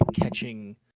catching